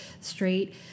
straight